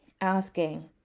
asking